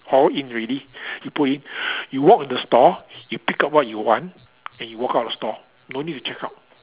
all in already you put in you walk in the store you pick up what you want and you walk out the store no need to check out